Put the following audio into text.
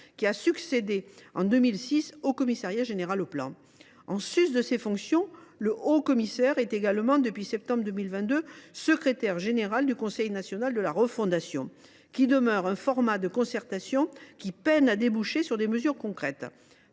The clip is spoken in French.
qui a succédé en 2006 au Centre d’analyse stratégique. En sus de ses fonctions, le haut commissaire est également, depuis septembre 2022, secrétaire général du Conseil national de la refondation. Cette instance de concertation peinant à déboucher sur des mesures concrètes,